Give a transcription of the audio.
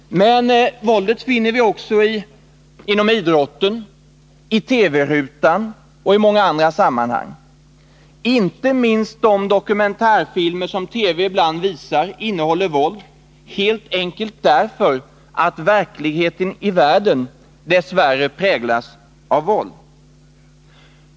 Men våldet finner vi också inom idrotten, i TV-rutan och i många andra sammanhang. Inte minst de dokumentärfilmer som TV ibland visar innehåller våld, helt enkelt därför att verkligheten i världen dess värre präglas av våld.